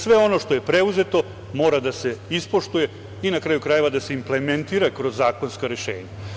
Sve ono što je preuzeto mora da se ispoštuje i, na kraju krajeva, implementira kroz zakonska rešenja.